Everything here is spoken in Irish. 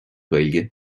gaeilge